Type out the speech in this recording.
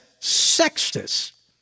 sexist